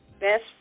best